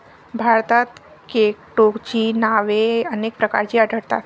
भारतात केटोची नावे अनेक प्रकारची आढळतात